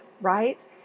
right